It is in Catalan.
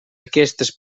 aquestes